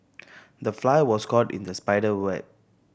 the fly was caught in the spider web